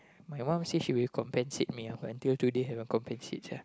my mum say she will compensate me ah but until today haven't compensate sia